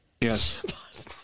Yes